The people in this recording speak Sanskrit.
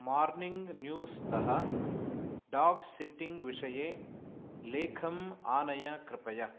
मार्निङ्ग् न्यूस् तः डाग् सिटिङ्ग् विषये लेखं आनय कृपया